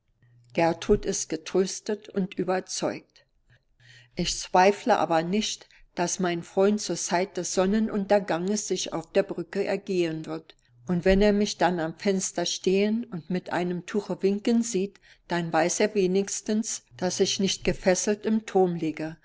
gertrud ist getröstet und überzeugt ich zweifle aber nicht daß mein freund zur zeit des sonnenunterganges sich auf der brücke ergehen wird und wenn er mich dann am fenster stehen und mit einem tuche winken sieht dann weiß er wenigstens daß ich nicht gefesselt im turm liege